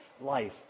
life